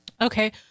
Okay